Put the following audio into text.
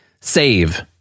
SAVE